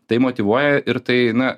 tai motyvuoja ir tai na